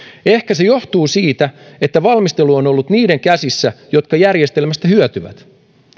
ehkä se johtuu siitä että valmistelu on ollut niiden käsissä jotka järjestelmästä hyötyvät